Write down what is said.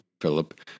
Philip